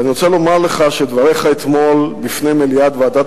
ואני רוצה לומר לך שדבריך אתמול בפני מליאת ועדת